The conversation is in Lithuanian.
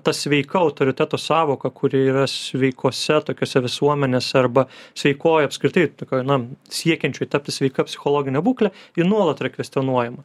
ta sveika autoriteto sąvoka kuri yra sveikose tokiose visuomenėse arba sveikoj apskritai tokioj na siekiančiųjų tapti sveika psichologine būkle ji nuolat yra kvestionuojama